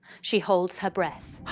she holds her breath.